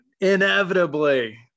inevitably